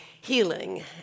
healing